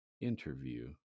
Interview